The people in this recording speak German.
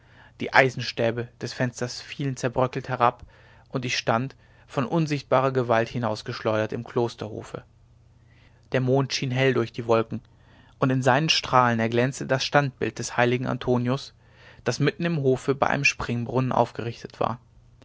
die eisenstäbe des fensters fielen zerbröckelt herab und ich stand von unsichtbarer gewalt hinausgeschleudert im klosterhofe der mond schien hell durch die wolken und in seinen strahlen erglänzte das standbild des heiligen antonius das mitten im hofe bei einem springbrunnen aufgerichtet war